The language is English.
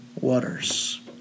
waters